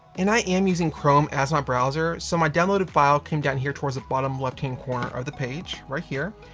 and i am using chrome as my browser so my downloaded file came down here towards the bottom left hand corner of the page, right here.